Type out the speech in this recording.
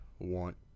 want